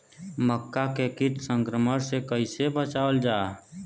मक्का के कीट संक्रमण से कइसे बचावल जा?